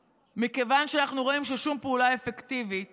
מכיוון שאנחנו רואים ששום פעולה אפקטיבית